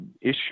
issue